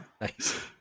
Nice